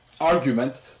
argument